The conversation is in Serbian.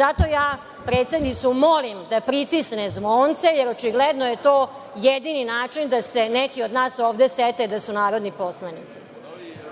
Zato ja predsednicu molim da pritisne zvonce, jer očigledno je to jedini način da se neki od nas ovde sete da su narodni poslanici.